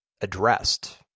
addressed